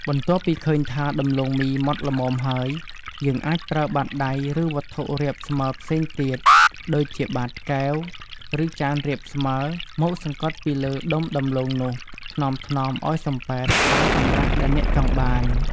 បន្ទាប់ពីឃើញថា ដំឡូងមីម៉ដ្ឋល្មមហើយ យើងអាចប្រើបាតដៃ ឬវត្ថុរាបស្មើផ្សេងទៀត ដូចជាបាតកែវ ឬចានរាបស្មើ មកសង្កត់ពីលើដុំដំឡូងនោះ ថ្នមៗឱ្យសំប៉ែត តាមកម្រាស់ដែលអ្នកចង់បាន។